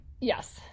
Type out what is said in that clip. Yes